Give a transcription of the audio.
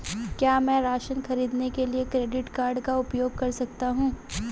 क्या मैं राशन खरीदने के लिए क्रेडिट कार्ड का उपयोग कर सकता हूँ?